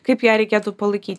kaip ją reikėtų palaikyti